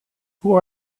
who